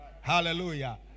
hallelujah